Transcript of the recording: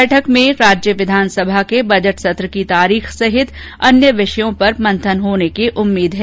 बैठक में राज्य विधानसभा के बजट सत्र की तारीख सहित अन्य विषयों पर मंथन होने की उम्मीद है